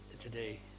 today